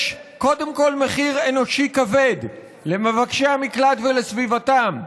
יש קודם כול מחיר אנושי כבד למבקשי המקלט ולסביבתם,